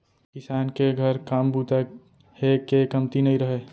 किसान के घर काम बूता हे के कमती नइ रहय